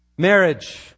Marriage